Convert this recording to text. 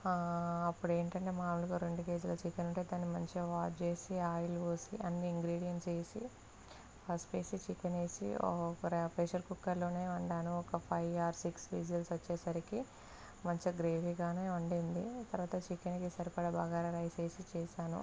అప్పుడు ఏంటంటే మామూలుగా రెండు కేజీలు చికెన్ ఉంటే దాన్ని మంచిగా వాష్ చేసి ఆయిల్ పోసి అన్నీ ఇంగ్రీడియంట్స్ వేసి పసుపు వేసి చికెన్ వేసి ప్రెషర్ కుక్కర్లో వండాను ఒక ఫైవ్ ఆర్ సిక్స్ విజిల్స్ వచ్చేసరికి మంచిగా గ్రేవీగా వుండింది తర్వాత చికెన్కి సరిపడే బాగార రైస్ వేసి చేశాను